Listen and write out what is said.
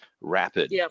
rapid